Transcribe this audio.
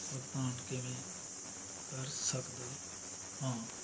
ਭੁਗਤਾਨ ਕਿਵੇਂ ਕਰ ਸਕਦਾ ਹਾਂ